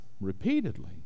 repeatedly